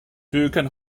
kan